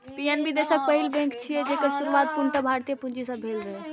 PNB देशक पहिल bank छियै, जेकर शुरुआत पूर्णतः भारतीय पूंजी सं भेल रहै